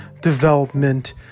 development